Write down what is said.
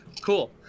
Cool